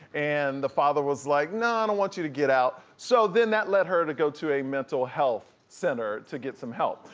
and the father was like, nah, i don't want you to get out. so then that led her to go to a mental health center to get some help.